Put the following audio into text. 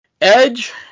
Edge